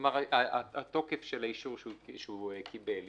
כלומר התוקף של האישור שהוא קיבל יישמר.